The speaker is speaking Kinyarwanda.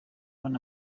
hano